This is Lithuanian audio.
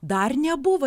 dar nebuvo